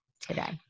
today